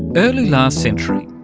early last century,